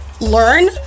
learn